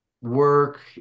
work